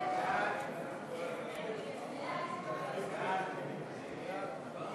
הודעת הממשלה על